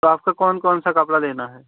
तो आपको कौन कौन सा कपड़ा लेना है